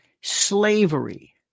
slavery